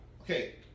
Okay